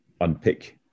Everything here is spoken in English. unpick